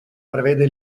prevede